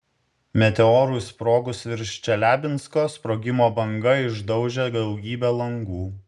meteorui sprogus virš čeliabinsko sprogimo banga išdaužė daugybę langų